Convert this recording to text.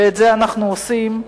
ואת זה אנחנו עושים,